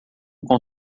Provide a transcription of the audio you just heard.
com